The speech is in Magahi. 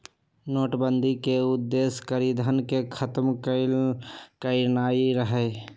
नोटबन्दि के उद्देश्य कारीधन के खत्म करनाइ रहै